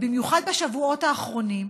במיוחד בשבועות האחרונים,